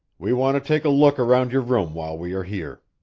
we want to take a look around your room while we are here.